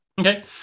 Okay